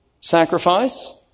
sacrifice